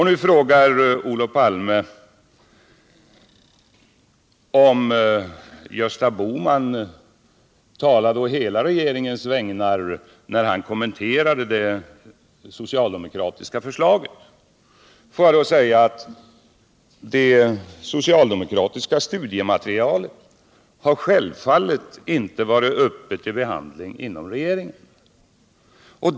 Nu frågar Olof Palme om Gösta Bohman talade å hela regeringens vägnar när han kommenterade det socialdemokratiska förslaget. Låt mig då säga att det socialdemokratiska studiematerialet självfallet inte har varit uppe till behandling inom regeringen.